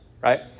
right